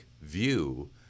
view